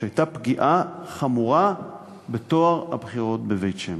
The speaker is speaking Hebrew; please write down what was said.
שהייתה פגיעה חמורה בטוהר הבחירות בבית-שמש.